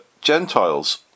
Gentiles